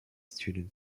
student